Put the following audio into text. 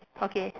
okay